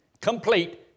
complete